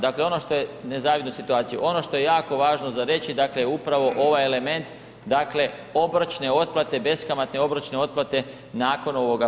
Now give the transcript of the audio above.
Dakle, ono što je, nezavidnu situaciju, ono što je jako važno za reći, dakle upravo ovaj element dakle obročne otplate, beskamatne obročne otplate nakon ovoga perioda.